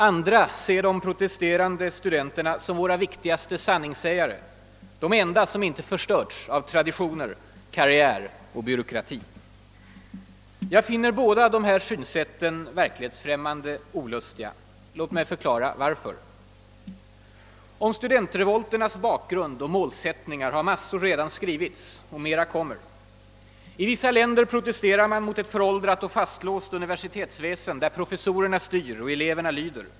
Andra ser de protesterande studenterna som våra viktigaste sanningssägare, de enda som inte förstörts av traditioner, karriär och byråkrati. Jag finner båda dessa synsätt verklighetsfrämmande och olustiga. Om studentrevolternas bakgrund och målsättningar har massor redan skrivits och mera kommer. I vissa länder protesterar man mot ett föråldrat och fastlåst universitetsväsen, där professorerna styr och eleverna lyder.